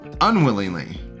unwillingly